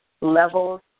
levels